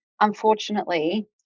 unfortunately